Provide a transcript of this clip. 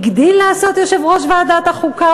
הגדיל לעשות יושב-ראש ועדת החוקה,